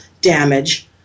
damage